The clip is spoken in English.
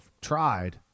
tried